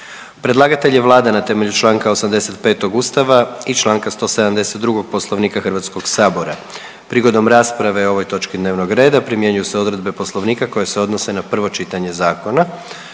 Predlagatelj je Vlada na temelju čl. 85. Ustava i čl. 172. Poslovnika Hrvatskog sabora. Prigodom rasprave o ovoj točki dnevnog reda primjenjuju se odredbe poslovnika koje se odnose na prvo čitanje zakona.